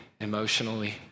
emotionally